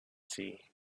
see